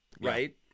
right